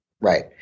right